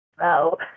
No